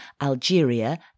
Algeria